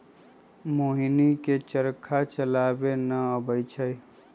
मोहिनी के चरखा चलावे न अबई छई